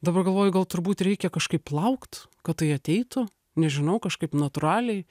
dabar galvoju gal turbūt reikia kažkaip laukt kad tai ateitų nežinau kažkaip natūraliai